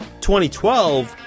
2012